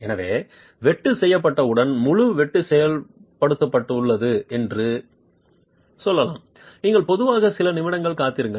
எனவே வெட்டு செய்யப்பட்டவுடன் முழு வெட்டு செயல்படுத்தப்பட்டுள்ளது என்று சொல்லலாம் நீங்கள் பொதுவாக சில நிமிடங்கள் காத்திருங்கள்